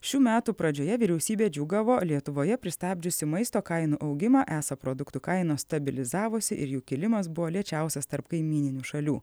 šių metų pradžioje vyriausybė džiūgavo lietuvoje pristabdžiusi maisto kainų augimą esą produktų kainos stabilizavosi ir jų kilimas buvo lėčiausias tarp kaimyninių šalių